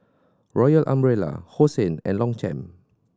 Royal Umbrella Hosen and Longchamp